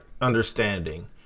understanding